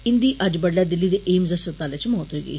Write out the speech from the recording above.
इन्दी अज्ज बड़ुलै दिल्ली दे एम्स अस्पतालै च मौत होई गेई